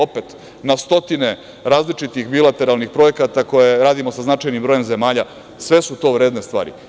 Opet na stotine različitih bilateralnih projekata koje radimo sa značajnim brojem zemalja, sve su to vredne stvari.